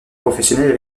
professionnelle